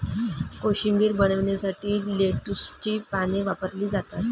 कोशिंबीर बनवण्यासाठी लेट्युसची पाने वापरली जातात